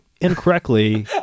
incorrectly